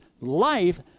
life